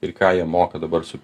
ir ką jie moka dabar su